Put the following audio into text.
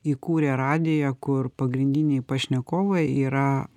įkūrė radiją kur pagrindiniai pašnekovai yra